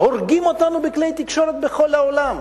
הורגים אותנו בכלי תקשורת בכל העולם.